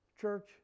church